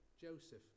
Joseph